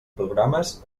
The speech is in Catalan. programes